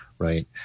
Right